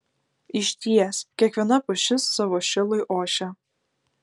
išties kiekviena pušis savo šilui ošia